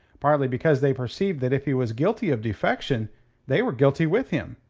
partly because they perceived that if he was guilty of defection they were guilty with him,